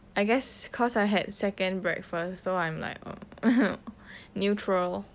I guess cause I had second breakfast so I'm like neutral